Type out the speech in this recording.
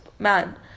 man